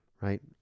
Right